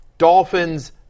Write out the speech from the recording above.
Dolphins